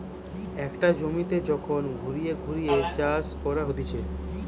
একটা জমিতে যখন ঘুরিয়ে ঘুরিয়ে চাষ করা হতিছে